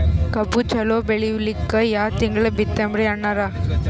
ಕಬ್ಬು ಚಲೋ ಬೆಳಿಲಿಕ್ಕಿ ಯಾ ತಿಂಗಳ ಬಿತ್ತಮ್ರೀ ಅಣ್ಣಾರ?